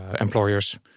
employers